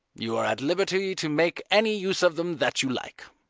you are at liberty to make any use of them that you like.